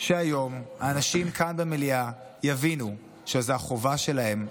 שהיום האנשים כאן במליאה יבינו שזו החובה שלהם,